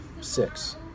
six